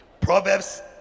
Proverbs